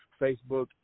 Facebook